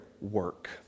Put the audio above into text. work